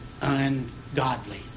ungodly